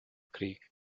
creek